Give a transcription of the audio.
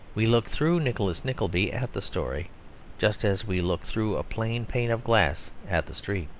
we look through nicholas nickleby at the story just as we look through a plain pane of glass at the street.